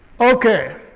Okay